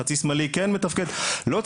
אבל חצי שמאלי כן מתפקד,